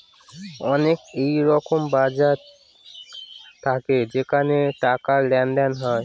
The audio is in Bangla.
অনেক এরকম বাজার থাকে যেখানে টাকার লেনদেন হয়